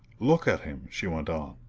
look at him! she went on,